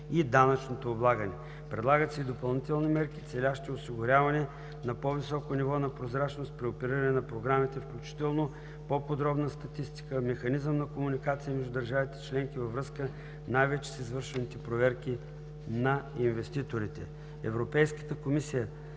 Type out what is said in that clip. и данъчното облагане. Предлагат се и допълнителни мерки, целящи осигуряване на по-високо ниво на прозрачност при опериране на програмите, включително по-подробна статистика, механизъм на комуникация между държавите членки във връзка най-вече с извършваните проверки на инвеститорите. Европейската комисия